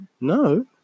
No